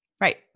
Right